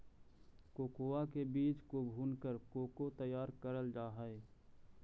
cocoa के बीज को भूनकर कोको तैयार करल जा हई